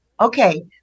Okay